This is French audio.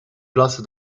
place